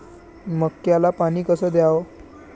मक्याले पानी कस द्याव?